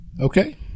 Okay